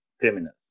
criminals